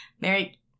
Mary